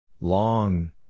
Long